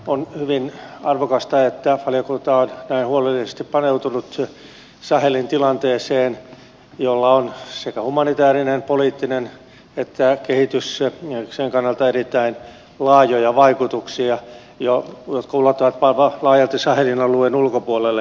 on hyvin arvokasta että valiokunta on näin huolellisesti paneutunut sahelin tilanteeseen jolla on sekä humanitaarisen että poliittisen kehityksen kannalta erittäin laajoja vaikutuksia jotka ulottuvat laajalti sahelin alueen ulkopuolelle